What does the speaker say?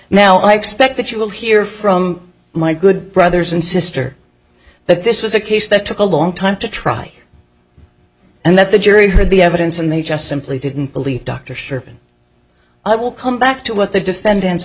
now i expect that you will hear from my good brothers and sister that this was a case that took a long time to try and that the jury heard the evidence and they just simply didn't believe dr sherman i will come back to what the defendant